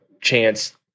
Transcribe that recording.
chance